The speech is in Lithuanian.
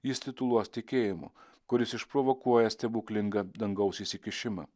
jis tituluos tikėjimu kuris išprovokuoja stebuklingą dangaus įsikišimą